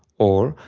or,